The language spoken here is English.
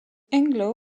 anglo